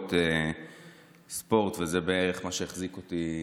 במסגרות ספורט, וזה בערך מה שהחזיק אותי,